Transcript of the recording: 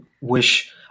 wish